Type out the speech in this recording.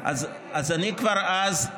אז אני כבר אז,